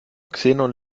xenon